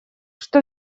что